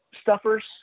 stuffers